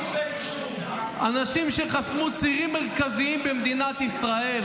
אנשים שחסמו צירים מרכזיים במדינת ישראל,